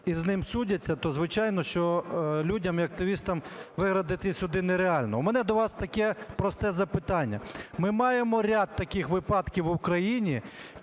і з ним судяться, то звичайно, що людям і активістам виграти ті суди нереально. У мене до вас таке просте запитання. Ми маємо ряд таких випадків в Україні,.